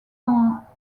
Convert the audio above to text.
dans